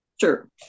Sure